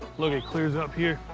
look, it clears up here.